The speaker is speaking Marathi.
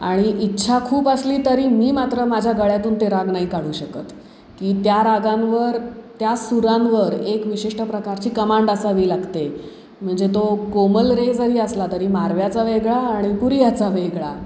आणि इच्छा खूप असली तरी मी मात्र माझ्या गळ्यातून ते राग नाही काढू शकत की त्या रागांवर त्या सुरांवर एक विशिष्ट प्रकारची कमांड असावी लागते म्हणजे तो कोमल रे जरी असला तरी मारव्याचा वेगळा आणि पूरीयाचा वेगळा